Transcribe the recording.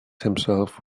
himself